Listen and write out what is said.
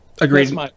Agreed